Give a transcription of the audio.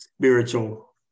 spiritual